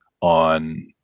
on